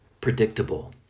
predictable